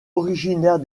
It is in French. originaire